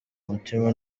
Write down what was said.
mutima